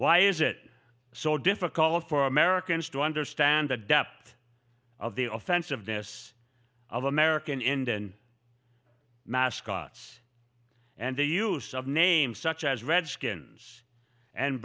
why is it so difficult for americans to understand the depth of the offense of this of american indian mascots and the use of names such as redskins and